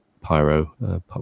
PYRO